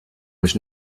was